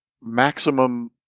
maximum